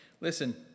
Listen